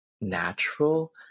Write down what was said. natural